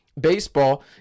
baseball